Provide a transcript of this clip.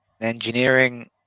engineering